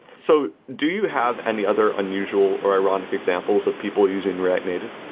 so do you have any other unusual or ironic examples of people using react native?